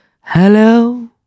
Hello